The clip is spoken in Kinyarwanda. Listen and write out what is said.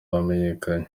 bamenyekanye